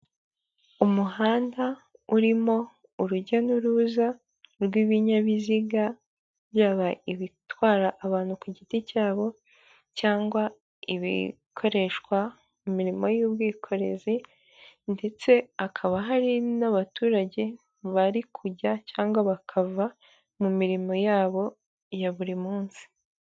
Umuhanda urimo urujya n'uruza rw'ibinyabiziga byaba ibitwara abantu ku giti cyabo cyangwa ibikoreshwa mu mirimo y'ubwikorezi ndetse hakaba hari n'abaturage bari kujya cyangwa bakava mu mirimo yabo ya buri munsi.